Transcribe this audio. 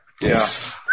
yes